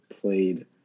played